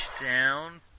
down